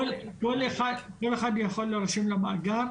כל אחד יכול להירשם למאגר,